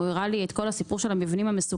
הוא הראה לי את כל הסיפור של המבנים המסוכנים.